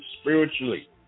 spiritually